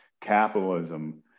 capitalism